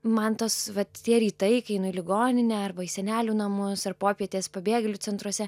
man tos vat tie rytai kai einu į ligoninę arba į senelių namus ir popietės pabėgėlių centruose